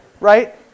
right